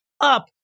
up